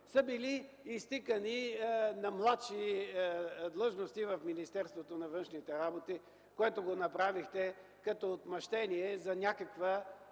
са били изтикани на младши длъжности в Министерството на външните работи, което го направихте като отмъщение за някаква